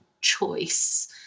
choice